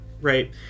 right